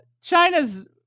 China's